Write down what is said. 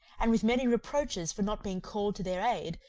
and with many reproaches for not being called to their aid,